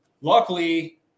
Luckily